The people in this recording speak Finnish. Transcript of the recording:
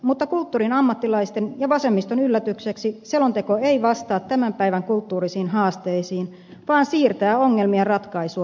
mutta kulttuurin ammattilaisten ja vasemmiston yllätykseksi selonteko ei vastaa tämän päivän kulttuurisiin haasteisiin vaan siirtää ongelmien ratkaisua vuosikymmenillä